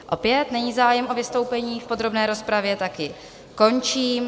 Opět není zájem o vystoupení v podrobné rozpravě, tak ji končím.